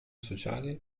sociale